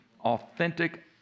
Authentic